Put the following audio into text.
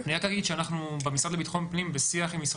אני רק אגיד שאנחנו במשרד לביטחון פנים בשיח עם משרד